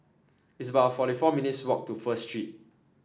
it's about forty four minutes' walk to First Street